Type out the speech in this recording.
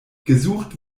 gesucht